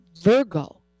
Virgo